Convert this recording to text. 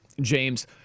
James